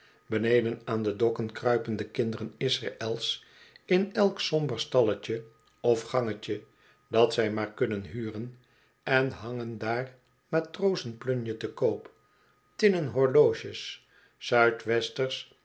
beneden aan de dokken kruipen de kinderen israëls in elk somber stalletje of gangetje dat zij maar kunnen huren en hangen daar matrozen plunje te koop tinnen horloges zuidwesters